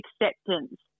acceptance